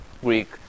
Greek